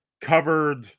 covered